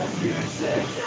music